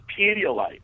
Pedialyte